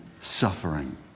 suffering